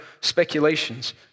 speculations